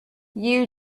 you